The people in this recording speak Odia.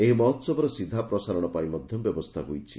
ଏହି ମହୋସବର ସିଧା ପ୍ରସାରଶ ପାଇଁ ମଧ୍ଧ ବ୍ୟବସ୍ରା ହୋଇଛି